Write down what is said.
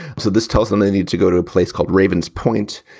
so this tells them they need to go to a place called ravens' point,